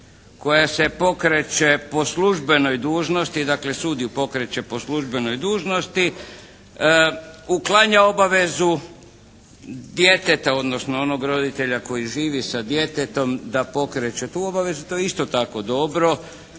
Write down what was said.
koja se pokreće po službenoj dužnosti, dakle sud ju pokreće po službenoj dužnosti, uklanja obavezu djeteta, odnosno onog roditelja koji živi sa roditeljem da pokreće tu obavezu to je isto tako dobro.